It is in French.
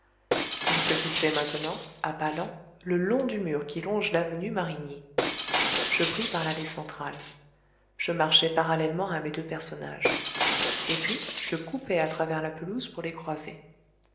ils se glissaient maintenant à pas lents le long du mur qui longe l'avenue marigny je pris par l'allée centrale je marchais parallèlement à mes deux personnages et puis je coupai à travers la pelouse pour les croiser